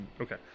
Okay